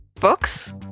Books